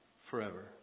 forever